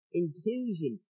inclusion